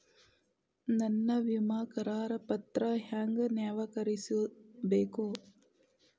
ನನ್ನ ವಿಮಾ ಕರಾರ ಪತ್ರಾ ಹೆಂಗ್ ನವೇಕರಿಸಬೇಕು?